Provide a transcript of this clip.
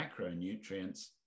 macronutrients